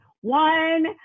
one